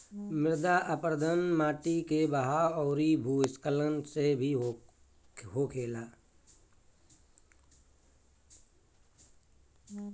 मृदा अपरदन माटी के बहाव अउरी भू स्खलन से भी होखेला